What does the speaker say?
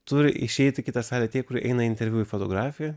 turi išeit į kitą salę tie kurie eina į interviu į fotografiją